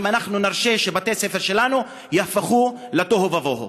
אנחנו נרשה שבתי-הספר שלנו יהפכו לתוהו ובוהו.